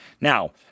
Now